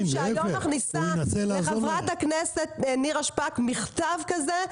שהיום מכניסה לחברת הכנסת נירה שפק מכתב כזה,